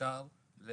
שאפשר